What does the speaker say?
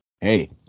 Hey